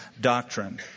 doctrine